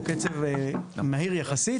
הוא קצב מהיר יחסית,